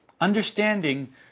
Understanding